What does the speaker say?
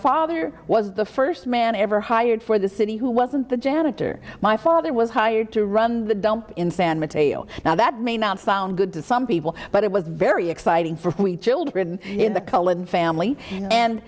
father was the first man ever hired for the city who wasn't the janitor my father was hired to run the dump in san mateo now that may not sound good to some people but it was very exciting for we children in the